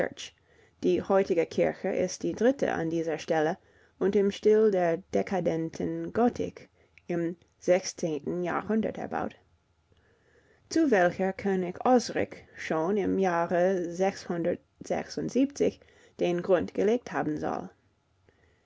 die heutige kirche ist die dritte an dieser stelle und im stil der dekadenten gotik im sechsten jahrhundert der erbaut zu welcher könig osric schon im jahre den grund gelegt haben soll